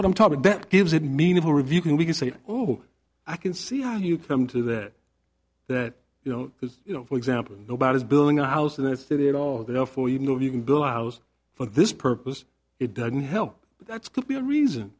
what i'm talking that gives it meaningful review can we can say oh i can see how you come to that that you know because you know for example nobody's building a house in a city at all therefore you know if you can build a house for this purpose it doesn't help that's could be a reason